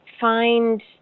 find